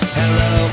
hello